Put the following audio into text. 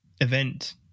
event